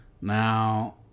Now